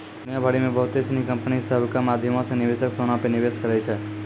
दुनिया भरि मे बहुते सिनी कंपनी सभ के माध्यमो से निवेशक सोना पे निवेश करै छै